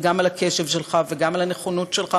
גם על הקשב שלך וגם על הנכונות שלך